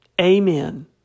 Amen